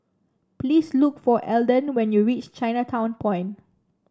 please look for Elden when you reach Chinatown Point